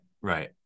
right